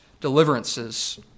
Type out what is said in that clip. deliverances